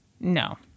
No